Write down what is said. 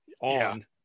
on